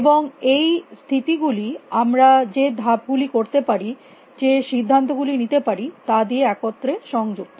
এবং এই স্থিতি গুলি আমরা যে ধাপ গুলি করতে পারি যে সিদ্ধান্ত গুলি নিতে পারি তা দিয়ে একত্রে সংযুক্ত